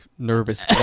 nervous